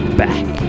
back